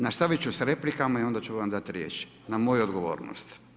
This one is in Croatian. Nastaviti ću sa replikama i onda ću vam dati riječ na moju odgovornost.